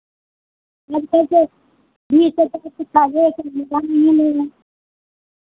आज कल के बीस हज़ार से नहीं ले रहें